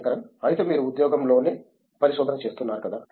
శంకరన్ అయితే మీరు ఉద్యోగంలోనే పరిశోధన చేస్తున్నారు కదా